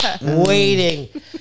waiting